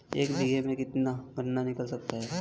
एक बीघे में से कितना गन्ना निकाल सकते हैं?